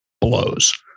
blows